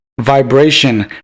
Vibration